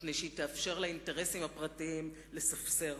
מפני שהיא תאפשר לאינטרסים הפרטיים לספסר